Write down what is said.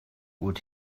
would